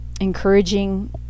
encouraging